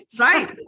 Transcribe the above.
Right